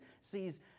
sees